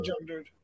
gendered